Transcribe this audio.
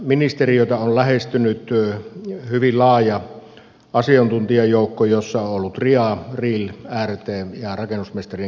ministeriötä on lähestynyt hyvin laaja asiantuntijajoukko jossa on ollut ria ril rt ja rakennusmestarien keskusliitto